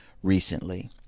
recently